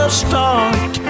start